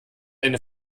eine